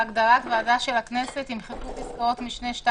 בהגדרת "ועדה של הכנסת" יימחקו פסקאות משנה (2),